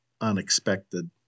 unexpected